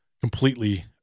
completely